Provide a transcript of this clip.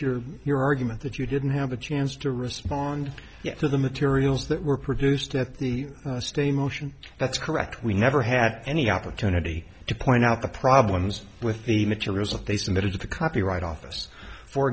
your your argument that you didn't have a chance to respond to the materials that were produced at the stain motion that's correct we never had any opportunity to point out the problems with the materials of they submitted to the copyright office for